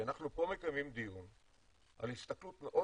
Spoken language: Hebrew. כי אנחנו פה מקיימים דיון על הסתכלות מאוד